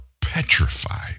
petrified